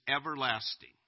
everlasting